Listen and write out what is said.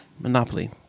monopoly